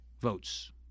votes